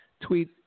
tweet